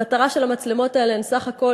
המטרה של המצלמות האלה היא סך הכול